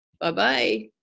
Bye-bye